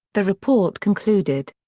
the report concluded.